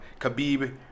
Khabib